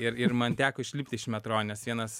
ir ir man teko išlipti iš metro nes vienas